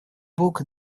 бог